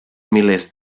milers